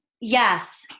yes